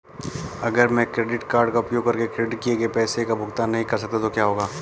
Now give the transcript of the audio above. अगर मैं credit card का उपयोग करके क्रेडिट किए गए पैसे का भुगतान नहीं कर सकता तो क्या होगा?